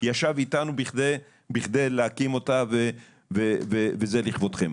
ישב איתו בכדי להקים אותה וזה לכבודכם.